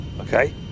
okay